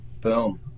Boom